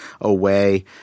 away